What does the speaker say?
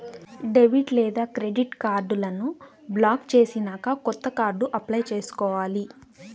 debit లేదా credit కార్డులను block చేసినాక కొత్త కార్డు అప్లై చేసుకోవాలి